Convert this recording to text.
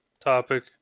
topic